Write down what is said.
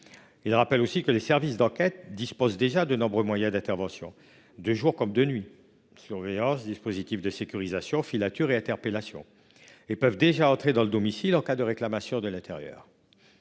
Je rappelle aussi que les services d'enquête disposent déjà de nombreux moyens d'intervention, de jour comme de nuit, comme les surveillances, les dispositifs de sécurisation, les filatures et les interpellations, et qu'ils peuvent déjà pénétrer dans les domiciles en cas de réclamation de l'intérieur.